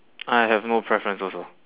I have no preference also